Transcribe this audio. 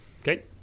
Okay